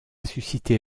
suscité